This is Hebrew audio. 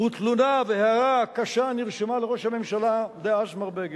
ותלונה והערה קשה נרשמה לראש הממשלה דאז מר בגין.